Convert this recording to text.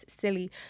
silly